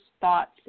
thoughts